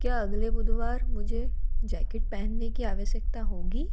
क्या अगले बुधवार मुझे जैकेट पहनने की आवश्यकता होगी